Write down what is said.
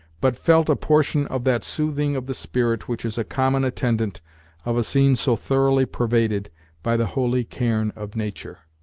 but felt a portion of that soothing of the spirit which is a common attendant of a scene so thoroughly pervaded by the holy cairn of nature.